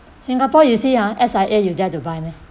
singapore you see ah S_I_A you dare to buy meh